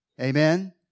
Amen